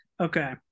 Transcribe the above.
Okay